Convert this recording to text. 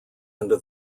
under